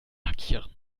markieren